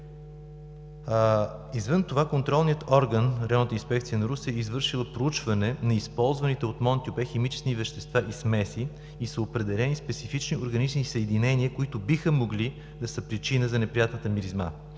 Извън това контролният орган Районната инспекция на Русе е извършила проучване на използваните от „Мон-тюпе“ химични вещества и смеси и са определени специфични органични съединения, които биха могли да са причина за неприятната миризма.